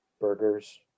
burgers